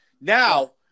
Now